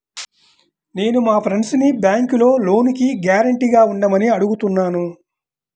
నేను మా ఫ్రెండ్సుని బ్యేంకులో లోనుకి గ్యారంటీగా ఉండమని అడుగుతున్నాను